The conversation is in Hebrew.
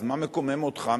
אז מה מקומם אותך,